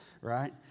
right